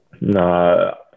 no